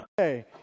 Okay